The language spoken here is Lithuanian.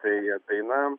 tai daina